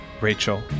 Rachel